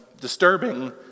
disturbing